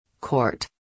Court